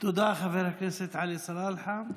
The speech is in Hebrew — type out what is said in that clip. תודה, חבר הכנסת עלי סלאלחה.